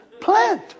Plant